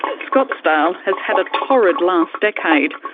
scottsdale has had a torrid last decade.